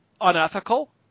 unethical